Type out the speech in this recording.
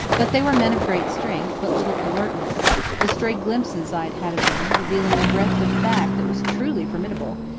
that they were men of great strength but little alertness the stray glimpses i had had of them, revealing a breadth of back that was truly formidable,